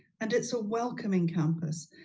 and it's a welcoming campus.